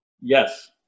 Yes